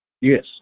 Yes